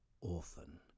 orphan